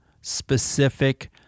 specific